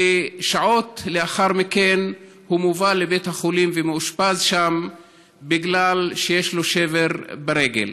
ושעות לאחר מכן הוא מובא לבית החולים ומאושפז שם בגלל שיש לו שבר ברגל.